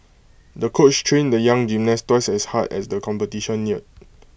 the coach trained the young gymnast twice as hard as the competition neared